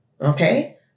Okay